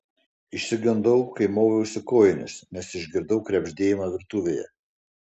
išsigandau kai moviausi kojines nes išgirdau krebždėjimą virtuvėje